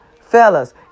Fellas